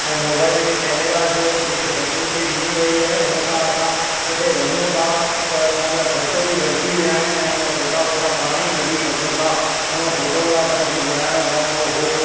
ऐं मोबाइल में कैमरा जीअं जेके फेसिलीटी ॾिनी वेई आहे हुन सां असां किथे वञू था त असांजा ख़र्चु बि घटिजी विया आहिनि ऐं हुन फ़ोटा वोटा पाणेई कढी सघूं था उहा फ़ोटोग्राफ़र खे गुराइणो पवंदो हुओ